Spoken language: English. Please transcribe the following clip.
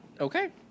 Okay